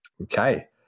Okay